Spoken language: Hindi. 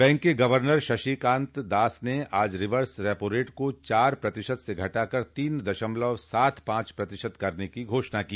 बैंक के गवर्नर शक्तिकांत दास ने आज रिवर्स रैपारेट को चार प्रतिशत से घटाकर तीन दशमलव सात पांच प्रतिशत करने की घोषणा की